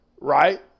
right